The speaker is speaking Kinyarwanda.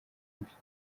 nafashe